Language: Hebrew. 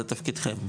זה תפקידכם,